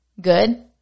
good